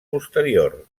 posterior